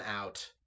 out